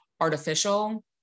artificial